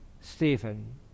Stephen